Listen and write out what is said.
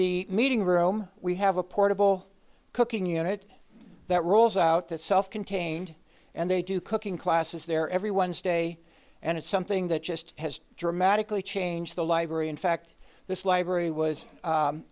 the meeting room we have a portable cooking unit that rules out that self contained and they do cooking classes there everyone stay and it's something that just has dramatically changed the library in fact this library was